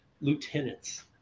lieutenants